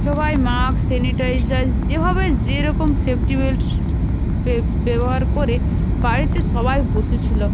সবাই মাক্স সানিটাইজার যেভাবে যেরকম সেফটি বেল্ট ব্যবহার করে বাড়িতে সবাই বসেছিলো